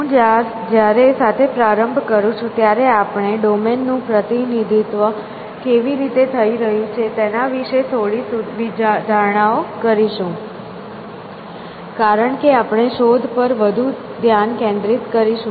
હું જ્યારે સાથે પ્રારંભ કરું છું ત્યારે આપણે ડોમેન નું પ્રતિનિધિત્વ કેવી રીતે થઈ રહ્યું છે તેના વિશે થોડી ધારણાઓ કરીશું કારણ કે આપણે શોધ પર વધુ ધ્યાન કેન્દ્રિત કરીશું